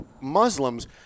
Muslims